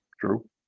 True